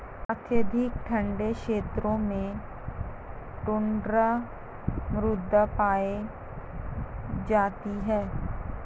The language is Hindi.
अत्यधिक ठंडे क्षेत्रों में टुण्ड्रा मृदा पाई जाती है